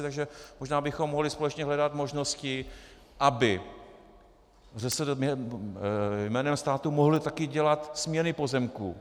Takže možná bychom mohli společně hledat možnosti, aby ŘSD jménem státu mohlo také dělat směny pozemků.